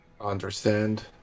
Understand